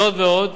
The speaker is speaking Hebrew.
זאת ועוד,